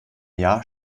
jahr